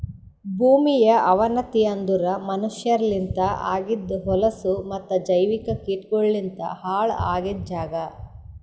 ಭೂಮಿಯ ಅವನತಿ ಅಂದುರ್ ಮನಷ್ಯರಲಿಂತ್ ಆಗಿದ್ ಹೊಲಸು ಮತ್ತ ಜೈವಿಕ ಕೀಟಗೊಳಲಿಂತ್ ಹಾಳ್ ಆಗಿದ್ ಜಾಗ್